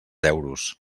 euros